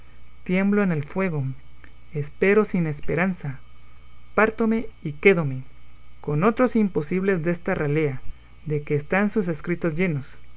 tiemblo en el fuego espero sin esperanza pártome y quédome con otros imposibles desta ralea de que están sus escritos llenos